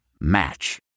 Match